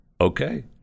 Okay